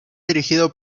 dirigido